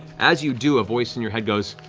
as you do, a voice in your head goes,